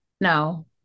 No